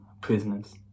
prisoners